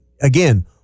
again